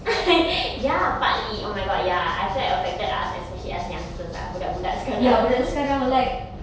ya partly oh my god ya I feel like it affected us especially us youngsters ah budak budak sekarang